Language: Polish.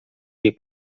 jej